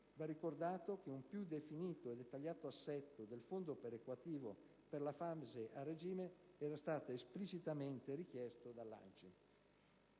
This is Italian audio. Va ricordato che un più definito e dettagliato assetto del fondo perequativo per la fase a regime era stato esplicitamente richiesto dall'ANCI.